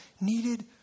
needed